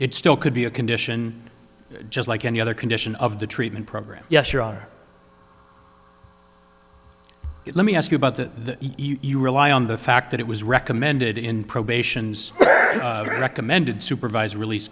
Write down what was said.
it still could be a condition just like any other condition of the treatment program yes you are let me ask you about that even rely on the fact that it was recommended in probations recommended supervised release